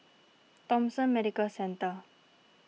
Thomson Medical Centre